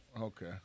Okay